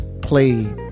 played